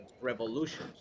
Revolutions